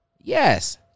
Yes